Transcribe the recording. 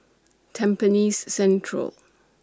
Tampines Central